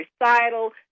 recital